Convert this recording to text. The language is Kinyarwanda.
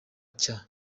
cya